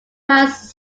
miles